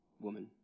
Woman